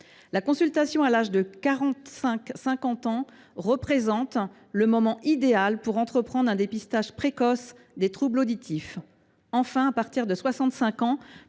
La consultation à l’âge de 45 ans ou 50 ans représente le moment idéal pour entreprendre un dépistage précoce des troubles auditifs. Enfin, à partir de 65 ans,